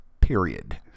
Period